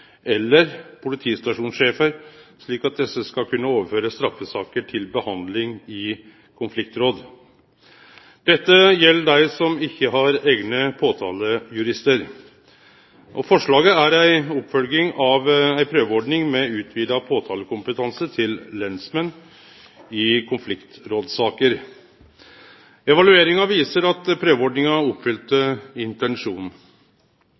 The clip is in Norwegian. eller politistasjonssjefar, slik at desse skal kunne overføre straffesaker til behandling i konfliktråd. Dette gjeld dei som ikkje har eigne påtalejuristar. Forslaget er ei oppfølging av ei prøveordning med utvida påtalekompetanse til lensmenn i konfliktrådssaker. Evalueringa viser at prøveordninga